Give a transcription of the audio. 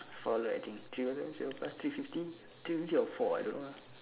four look I think zero learn zero plus three fifty three fifty or four I don't know ah